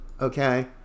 okay